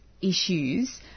issues